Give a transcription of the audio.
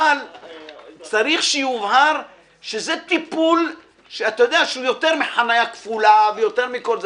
אבל צריך שיובהר שזה טיפול שהוא יותר מאשר בחניה כפולה ויותר מכל זה.